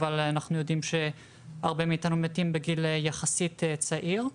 אבל אנחנו יודעים שהרבה מאיתנו מתים בגיל יחסית צעיר.